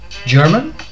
german